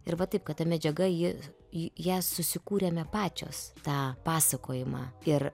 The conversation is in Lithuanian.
ir va taip kad ta medžiaga ji į ją susikūrėme pačios tą pasakojimą ir